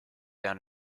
down